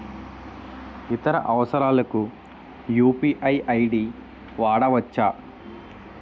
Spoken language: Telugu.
ఇతర అవసరాలకు యు.పి.ఐ ఐ.డి వాడవచ్చా?